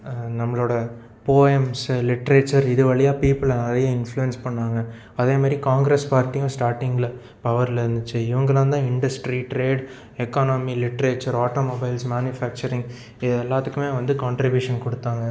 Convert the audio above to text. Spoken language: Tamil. நம்மளோட போயம்ஸு லிட்ரேச்சர் இது வழியாக பீப்பிள் நிறைய இண்ஃபுலியன்ஸ் பண்ணிணாங்க அதே மாரி காங்கிரஸ் பார்ட்டியும் ஸ்டார்டிங்கில் பவரில் இருந்துச்சி இவங்களாம்தான் industry trade economy literature automobiles manufacturing இது எல்லாத்துக்குமே வந்து கான்ட்ரிபியூஷன் கொடுத்தாங்க